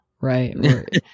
right